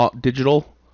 digital